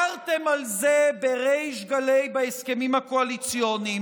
הצהרתם על זה בריש גלי בהסכמים הקואליציוניים.